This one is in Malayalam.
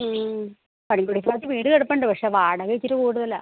മ് പണികുടി ഭാഗത്ത് വീട് കിടപ്പുണ്ട് പക്ഷെ വാടക ഇച്ചിരി കൂടുതലാണ്